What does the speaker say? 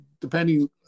depending